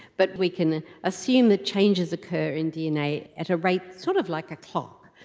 but we can assume that changes occur in dna at a rate sort of like a clock.